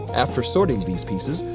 after sorting these pieces,